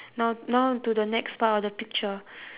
now now to the next part of the picture